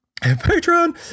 Patron